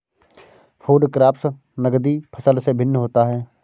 food crops नगदी फसल से भिन्न होता है